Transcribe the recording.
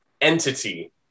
entity